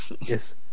yes